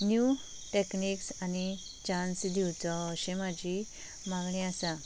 नीव techniques आनी chance दिवचो अशी म्हजी मागणी आसा